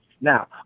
Now